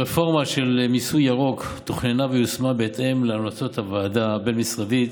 הרפורמה של מיסוי ירוק תוכננה ויושמה בהתאם להמלצות הוועדה הבין-משרדית